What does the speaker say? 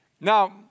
Now